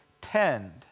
tend